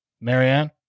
marianne